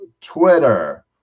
Twitter